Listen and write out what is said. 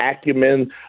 acumen